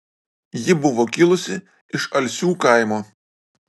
ji buvo kilusi iš alsių kaimo